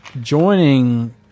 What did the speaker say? joining